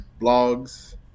blogs